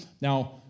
Now